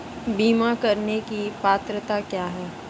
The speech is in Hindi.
बीमा करने की पात्रता क्या है?